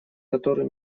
которую